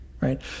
right